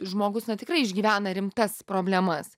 žmogus na tikrai išgyvena rimtas problemas